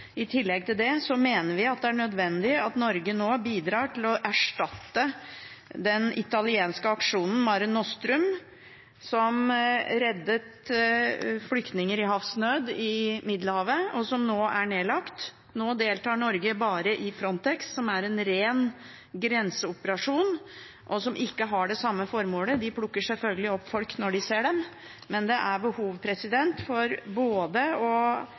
I tillegg mener vi det er nødvendig at Norge bidrar til å erstatte den italienske aksjonen Mare Nostrum, som reddet flyktninger i havsnød i Middelhavet, og som nå er nedlagt. Nå deltar Norge bare i Frontex, som er en ren grenseoperasjon, og som ikke har det samme formålet. De plukker selvsagt opp folk når de ser dem, men det er behov for både at Norge tar initiativ til en ny aksjon for å